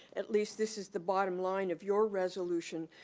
at least this is the bottom line of your resolution,